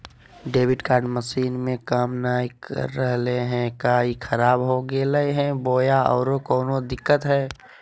Debit card machine में काम नाय कर रहले है, का ई खराब हो गेलै है बोया औरों कोनो दिक्कत है?